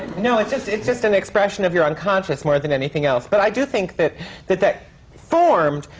you know it's just it's just an expression of your unconscious more than anything else. but i do think that that that formed,